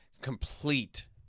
complete